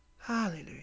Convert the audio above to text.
hallelujah